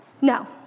No